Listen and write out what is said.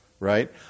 right